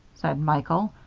said michael.